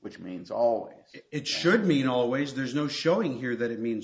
which means all it should mean always there's no showing here that it means